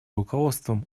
руководством